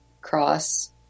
cross